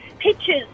Pictures